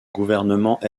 gouvernement